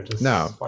No